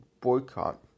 boycott